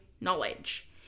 knowledge